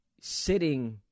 sitting